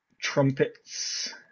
trumpets